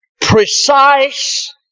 precise